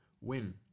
win